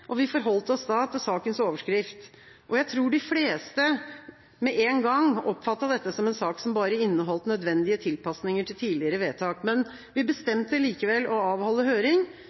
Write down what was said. nødvendig. Vi forholdt vi oss da til sakens overskrift. Jeg tror de fleste med en gang oppfattet dette som en sak som bare inneholdt nødvendige tilpasninger til tidligere vedtak, men vi bestemte likevel å avholde høring.